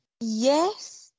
Yes